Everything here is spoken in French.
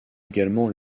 également